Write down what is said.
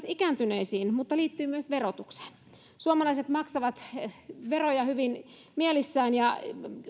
ikääntyneisiin mutta liittyen myös verotukseen kysyisin nyt teiltä ministeri paatero suomalaiset maksavat veroja hyvin mielissään ja